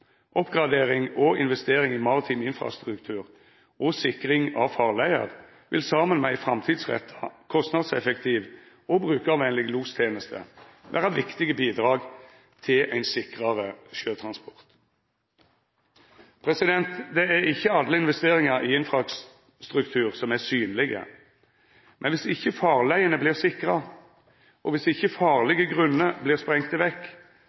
Oppgradering og investering i maritim infrastruktur og sikring av farleier vil saman med ei framtidsretta, kostnadseffektiv og brukarvenleg losteneste vera viktige bidrag til ein sikrare sjøtransport. Det er ikkje alle investeringar i infrastruktur som er synlege, men viss ikkje farleiene vert sikra og farlege grunner vert sprengde vekk, merkast det godt når fartøy går på grunn. Utviklinga går i